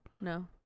No